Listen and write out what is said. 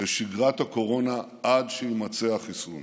לשגרת הקורונה עד שיימצא החיסון.